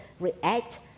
react